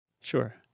Sure